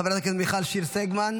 חברת הכנסת מיכל שיר סגמן,